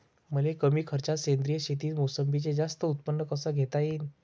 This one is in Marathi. मले कमी खर्चात सेंद्रीय शेतीत मोसंबीचं जास्त उत्पन्न कस घेता येईन?